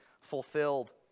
fulfilled